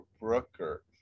Brooker